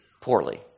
poorly